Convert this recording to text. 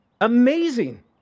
amazing